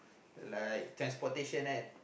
like transportation and